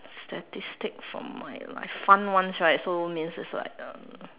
statistic from my life fun ones right so means it's like uh